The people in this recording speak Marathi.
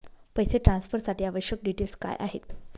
पैसे ट्रान्सफरसाठी आवश्यक डिटेल्स काय आहेत?